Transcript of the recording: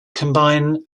combine